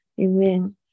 Amen